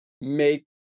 make